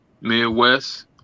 Midwest